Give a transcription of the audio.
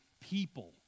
people